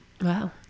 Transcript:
Wow